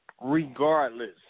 regardless